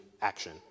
action